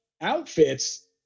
outfits